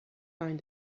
find